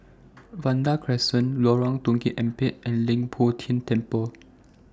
Vanda Crescent Lorong Tukang Empat and Leng Poh Tian Temple